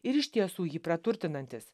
ir iš tiesų jį praturtinantis